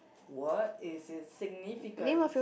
what is it significance